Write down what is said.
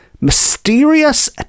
mysterious